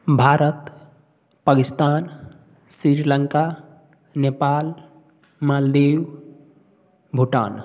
Bharat Pakistan Sri Lanka Nepal Maldives Bhutan